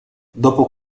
dopo